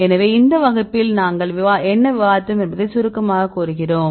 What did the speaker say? எனவே இந்த வகுப்பில் நாங்கள் என்ன விவாதித்தோம் என்பதை சுருக்கமாகக் கூறுகிறோம்